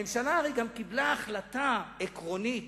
הרי הממשלה גם קיבלה החלטה עקרונית